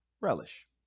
relish